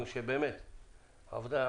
מדובר על שנתיים של עבודת